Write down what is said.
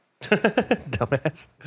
Dumbass